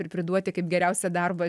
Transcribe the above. ir priduoti kaip geriausią darbą